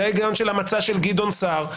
זה ההיגיון של המצע של גדעון סער.